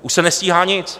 Už se nestíhá nic.